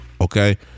okay